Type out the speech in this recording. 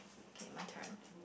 K my turn